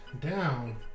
down